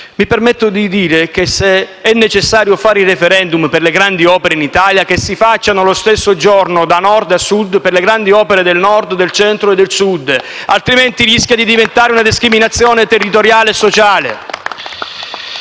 mi permetto di dire che, se è necessario fare il *referendum* per le grandi opere in Italia, che si faccia nello stesso giorno, da Nord a Sud, per le grandi opere del Nord, del Centro e del Sud altrimenti; rischia di diventare una discriminazione territoriale e sociale.